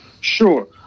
Sure